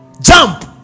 jump